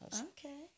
Okay